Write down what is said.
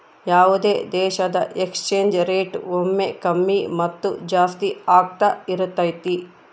ಯಾವುದೇ ದೇಶದ exchange rate ಒಮ್ಮೆ ಕಮ್ಮಿ ಮತ್ತು ಜಾಸ್ತಿ ಆಗ್ತಾ ಇರತೈತಿ